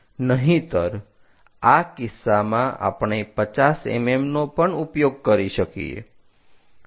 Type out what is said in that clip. નહીંતર આ કિસ્સામાં આપણે 50 mm નો પણ ઉપયોગ કરી શકીએ